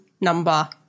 number